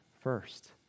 first